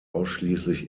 ausschließlich